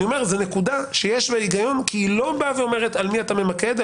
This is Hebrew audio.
זו נקודה שיש בה היגיון כי היא לא באה ואומרת על מי אתה ממקד,